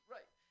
Right